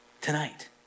tonight